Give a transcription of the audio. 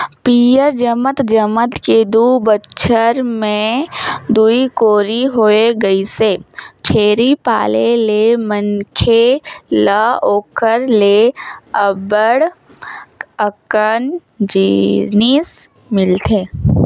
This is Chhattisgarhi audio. पियंर जमत जमत के दू बच्छर में दूई कोरी होय गइसे, छेरी पाले ले मनखे ल ओखर ले अब्ब्ड़ अकन जिनिस मिलथे